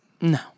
No